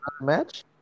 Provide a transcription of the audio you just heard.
match